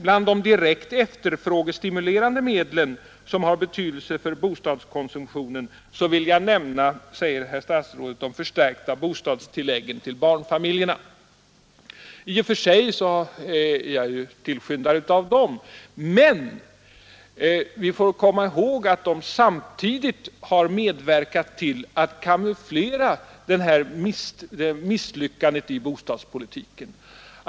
”Bland de direkt efterfrågestimulerande medel som har betydelse för bostadskonsumtionen vill jag nämna”, säger herr statsrådet, ”de förstärkta bostadstilläggen till barnfamiljer.” I och för sig är jag tillskyndare av dem, men vi får också komma ihåg att de har medverkat till att kamouflera misslyckandet i bostadspolitiken.